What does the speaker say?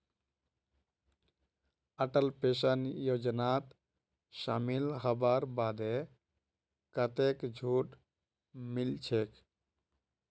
Atal pension योजनात शामिल हबार बादे कतेक छूट मिलछेक